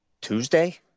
Tuesday